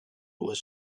was